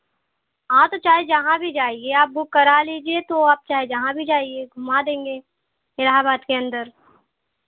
हां तो चाहे जहाँ भी जाइए आप बुक करा लीजिए तो आप जहाँ भी जाइए घुमा देंगे इलाहाबाद के अंदर